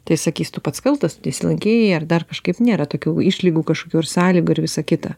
tai sakys tu pats kaltas nesilankei ar dar kažkaip nėra tokių išlygų kažkokių ar sąlygų ir visa kita